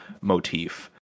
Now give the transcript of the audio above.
motif